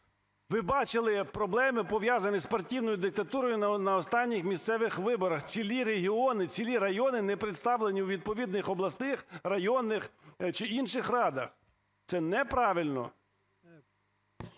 Ви бачили проблеми, пов'язані з партійною диктатурою на останніх місцевих виборах. Цілі регіони, цілі райони не представлені у відповідних обласних, районних чи інших радах. Це неправильно.